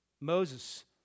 Moses